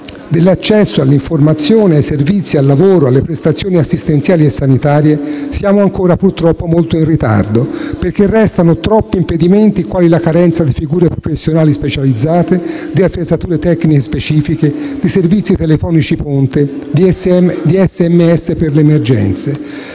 dell'accesso all'informazione, ai servizi, al lavoro, alle prestazioni assistenziali e sanitarie siamo ancora, purtroppo, molto in ritardo, perché restano troppi impedimenti quali la carenza di figure professionali specializzate, di attrezzature tecniche specifiche, di servizi telefonici "ponte" e di SMS per le emergenze.